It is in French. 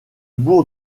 bourg